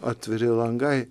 atviri langai